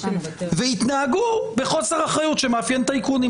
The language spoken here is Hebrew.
והתנהגו בחוסר אחריות שמאפיין טייקונים.